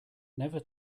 never